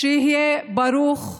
שיהיה ברוך לכולנו.